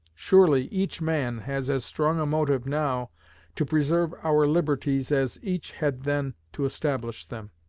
surely each man has as strong a motive now to preserve our liberties as each had then to establish them.